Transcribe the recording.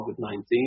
COVID-19